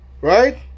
right